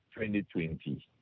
2020